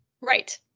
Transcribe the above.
Right